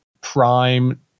prime